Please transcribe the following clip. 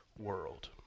world